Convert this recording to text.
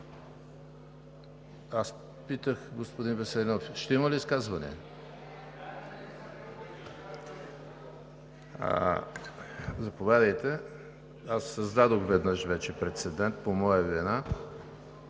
Аз питах, господин Веселинов, ще има ли изказвания. Аз създадох веднъж вече прецедент по моя вина,